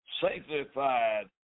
sanctified